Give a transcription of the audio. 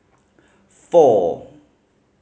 four